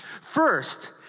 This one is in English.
First